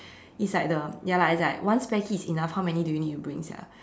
it's like the ya lah it's like one spare key is enough how many do you need to bring sia